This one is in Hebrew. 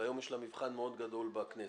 והיום יש לה מבחן מאוד גדול בכנסת,